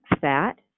fat